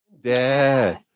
Dad